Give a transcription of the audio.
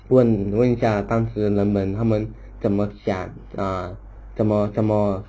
问问一下当时人们他们怎么想 err 怎么怎么